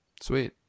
sweet